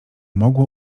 mogło